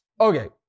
Okay